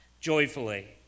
joyfully